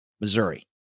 Missouri